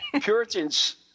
Puritans